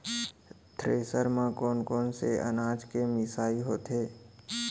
Thresher म कोन कोन से अनाज के मिसाई होथे?